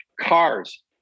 cars